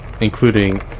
including